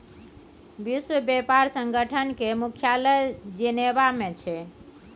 विश्व बेपार संगठन केर मुख्यालय जेनेबा मे छै